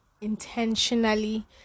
intentionally